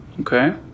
Okay